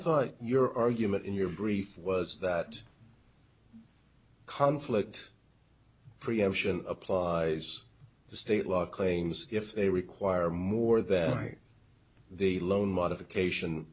thought your argument in your brief was that conflict preemption applies to state law claims if they require more than the loan modification